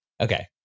Okay